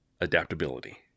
adaptability